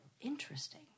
interesting